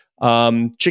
Chicken